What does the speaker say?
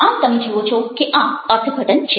આમ તમે જુઓ છો કે આ અર્થઘટન છે